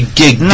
gig